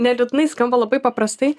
ne liūdnai skamba labai paprastai